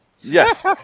yes